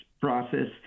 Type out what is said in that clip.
process